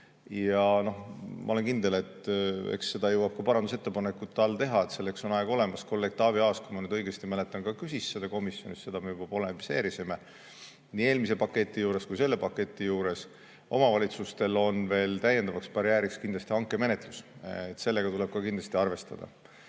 Ja ma olen kindel, eks seda jõuab ka parandusettepanekute all teha, selleks on aeg olemas. Kolleeg Taavi Aas, kui ma õigesti mäletan, küsis seda komisjonis ja selle üle me juba polemiseerisime. Nii eelmise paketi juures kui ka selle paketi juures on omavalitsustel täiendavaks barjääriks hankemenetlus. Sellega tuleb ka kindlasti arvestada.